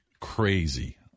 crazy